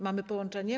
Mamy połączenie?